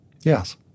Yes